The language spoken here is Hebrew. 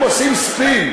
הם עושים ספין.